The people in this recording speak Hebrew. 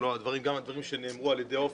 גם הדברים שנאמרו על ידי עופר,